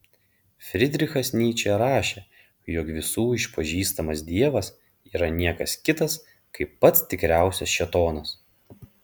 fridrichas nyčė rašė jog visų išpažįstamas dievas yra niekas kitas kaip pats tikriausias šėtonas